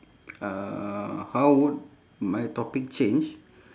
uh how would my topic change